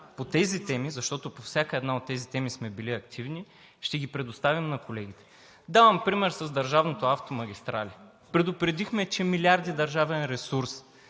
по тези теми, защото по всяка една от тези теми сме били активни, ще ги предоставим на колегите. Давам пример с държавното „Автомагистрали“. Предупредихме, че милиарди държавен ресурс